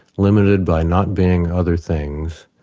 limited by not being other things,